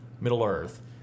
Middle-earth